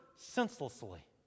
senselessly